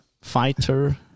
fighter